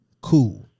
cool